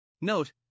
Note